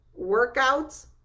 workouts